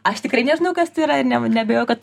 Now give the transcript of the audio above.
aš tikrai nežinau kas tai yra ir ne neabejoju kad